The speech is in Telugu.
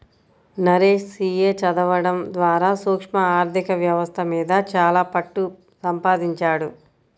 నరేష్ సీ.ఏ చదవడం ద్వారా సూక్ష్మ ఆర్ధిక వ్యవస్థ మీద చాలా పట్టుసంపాదించాడు